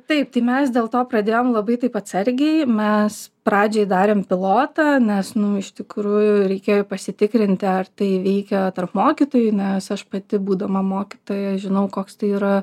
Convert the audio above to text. taip tai mes dėl to pradėjom labai taip atsargiai mes pradžiai darėm pilotą nes nu iš tikrųjų reikėjo pasitikrinti ar tai veikia tarp mokytojų nes aš pati būdama mokytoja žinau koks tai yra